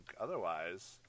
otherwise